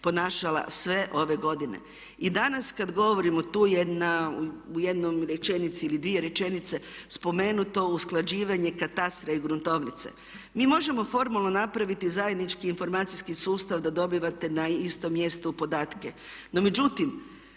ponašala sve ove godine. I danas kad govorimo tu je na, u jednoj rečenici ili dvije rečenice spomenuto usklađivanje katastra i gruntovnice. Mi možemo formalno napraviti zajednički informacijski sustav da dobivate na istom mjestu podatke. No međutim,